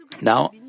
Now